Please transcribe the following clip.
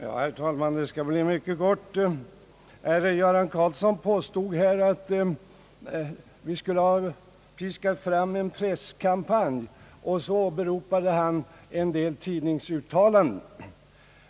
Herr talman! Genmälet skall bli mycket kort. Herr Göran Karlsson påstod att vi skulle ha piskat fram en press kampanj, och så åberopade han en del tidningsuttalanden.